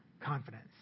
confidence